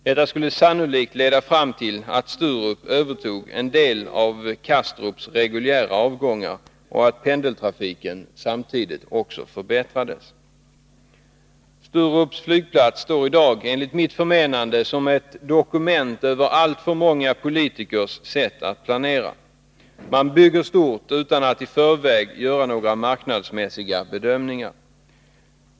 Detta skulle sannolikt leda fram till att Sturup övertog en del av Kastrups reguljära avgångar och att pendeltrafiken samtidigt förbättrades. Sturups flygplats står i dag, enligt mitt förmenande, som ett monument över alltför många politikers sätt att planera. Man bygger stort, utan att i förväg göra några marknadsmässiga bedömningar.